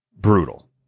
brutal